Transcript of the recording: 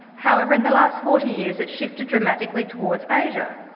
however, in the last forty years it's shifted dramatically towards asia.